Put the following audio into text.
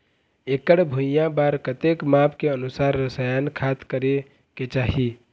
एकड़ भुइयां बार कतेक माप के अनुसार रसायन खाद करें के चाही?